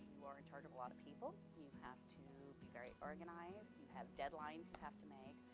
you are in charge of a lot of people. you have to be very organized, you have deadlines you have to make,